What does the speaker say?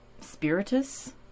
Spiritus